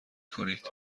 کنید